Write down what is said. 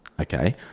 Okay